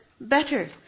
better